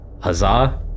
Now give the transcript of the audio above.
Huzzah